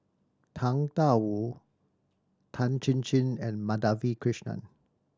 Tang Da Wu Tan Chin Chin and Madhavi Krishnan